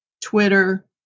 Twitter